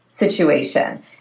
Situation